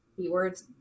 keywords